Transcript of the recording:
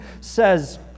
says